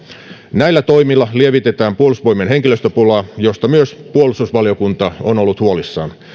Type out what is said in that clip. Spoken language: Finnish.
näillä toimilla lievitetään puolustusvoimien henkilöstöpulaa josta myös puolustusvaliokunta on ollut huolissaan